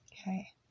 Okay